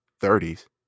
thirties